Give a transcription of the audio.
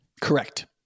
Correct